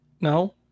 No